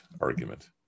argument